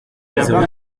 zéro